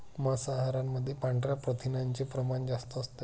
मांसाहारामध्ये पांढऱ्या प्रथिनांचे प्रमाण जास्त असते